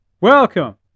welcome